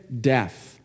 death